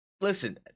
listen